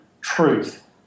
truth